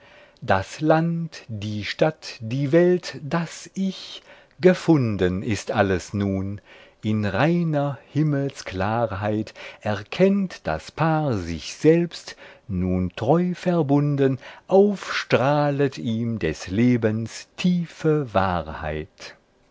das land die stadt die welt das ich gefunden ist alles nun in reiner himmelsklarheit erkennt das paar sich selbst nun treu verbunden aufstrahlet ihm des lebens tiefe wahrheit